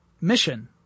mission